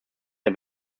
der